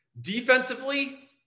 Defensively